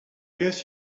guess